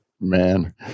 man